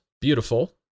beautiful